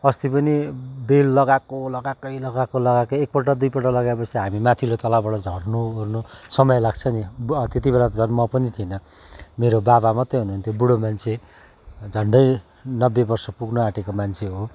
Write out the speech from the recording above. अस्ति पनि बेल लगाएको लगाएकै लगाएको लगाएकै एकपल्ट दुईपल्ट लगाएपछि हामी माथिल्लो तलाबाट झर्नु ओर्नु समय लाग्छ नि त्यति बेला त झन् म पनि थिइनँ मेरो बाबा मात्रै हुनुहुन्थ्यो बुढो मान्छे झन्डै नब्बे वर्ष पुग्नु आँटेको मान्छे हो